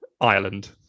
Ireland